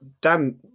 Dan